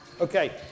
Okay